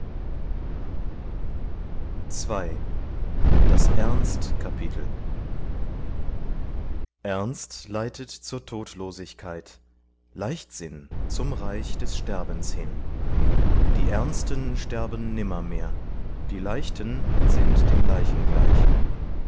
ernst kapitel ernst leitet zur todlosigkeit leichtsinn zum reich des sterbens hin die ernsten sterben nimmermehr die leichten sind den leichen gleich